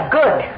good